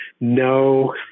No